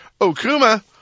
Okuma